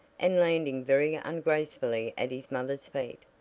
and landing very ungracefully at his mother's feet.